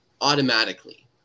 automatically